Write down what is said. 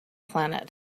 planet